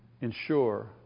ensure